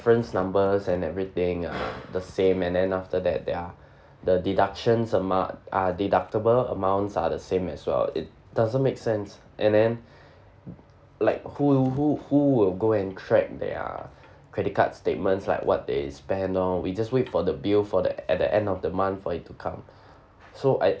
reference numbers and everything ah the same and then after that their the deductions amount uh deductible amounts are the same as well it doesn't make sense and then like who who who will go and track their credit card statements like what they spent oh we just wait for the bill for that at the end of the month for it to come so I